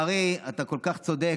לצערי, אתה כל כך צודק.